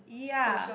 yeah